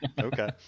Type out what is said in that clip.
Okay